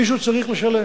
מישהו צריך לשלם".